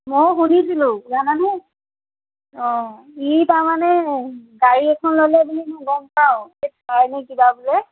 মইও শুনিছিলোঁ জানানে অ' ই তাৰমানে গাড়ী এখন ল'লে বুলি মই গম পাওঁ থাৰ নে কিবা বোলে